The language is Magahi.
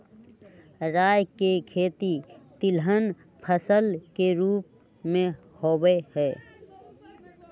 राई के खेती तिलहन फसल के रूप में होबा हई